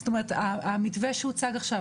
זאת אומרת המתווה שהוצג עכשיו,